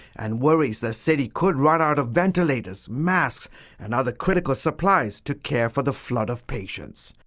and worries the city could run out of ventilators, masks and other critical supplies to care for the flood of patients.